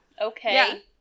Okay